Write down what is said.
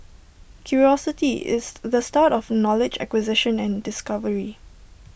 curiosity is the start of knowledge acquisition and discovery